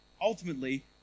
ultimately